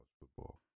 football